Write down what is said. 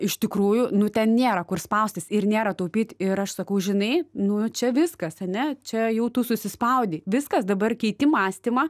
iš tikrųjų nu ten nėra kur spaustis ir nėra taupyt ir aš sakau žinai nu čia viskas ane čia jau tu susispaudei viskas dabar keiti mąstymą